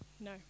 No